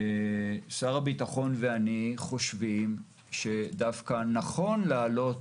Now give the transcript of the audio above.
שר הביטחון ואני חושבים שדווקא נכון להעלות